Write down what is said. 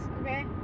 okay